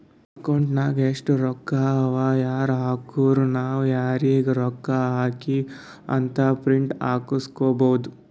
account ನಾಗ್ ಎಸ್ಟ್ ರೊಕ್ಕಾ ಅವಾ ಯಾರ್ ಹಾಕುರು ನಾವ್ ಯಾರಿಗ ರೊಕ್ಕಾ ಹಾಕಿವಿ ಅಂತ್ ಪ್ರಿಂಟ್ ಹಾಕುಸ್ಕೊಬೋದ